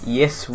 yes